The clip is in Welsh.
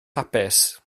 hapus